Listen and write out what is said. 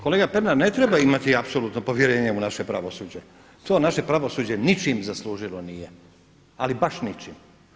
Kolega Pernar ne treba imati apsolutno povjerenje u naše pravosuđe, to naše pravosuđe ničim zaslužilo nije, ali baš ničim.